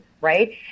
right